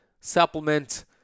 supplement